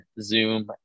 zoom